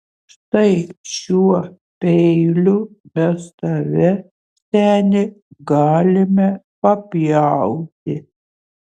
štai šiuo peiliu mes tave seni galime papjauti